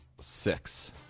six